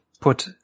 put